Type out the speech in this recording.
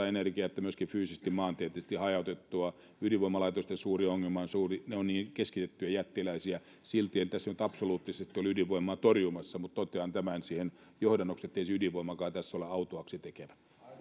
energiaa että myöskin fyysisesti maantieteellisesti hajautettua ydinvoimalaitosten suuri ongelma on se että ne ovat niin keskitettyjä jättiläisiä silti en tässä nyt absoluuttisesti ole ydinvoimaa torjumassa mutta totean tämän johdannoksi siihen ettei ydinvoimakaan tässä ole autuaaksi tekevä